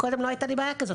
קודם לא הייתה לי בעיה כזאת.